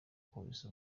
polisi